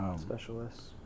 Specialists